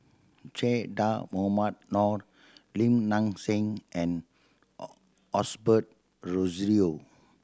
Che Dah Mohamed Noor Lim Nang Seng and Osbert Rozario